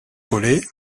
collet